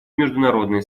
международной